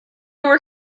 were